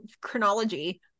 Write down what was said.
chronology